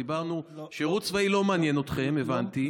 דיברנו, שירות צבאי לא מעניין אתכם, הבנתי.